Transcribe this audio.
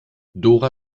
dora